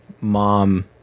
mom